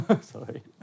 Sorry